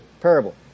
parable